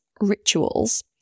rituals